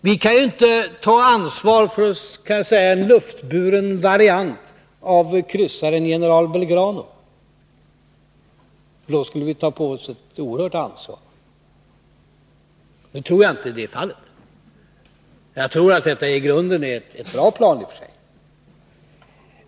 Vi kan inte ta ansvar för låt mig säga en luftburen variant av kryssaren General Belgrano, för då skulle vi ta på oss ett oerhört ansvar. Nu tror jag inte att det är fallet. Jag tror att detta i grunden är ett bra plan i och för sig.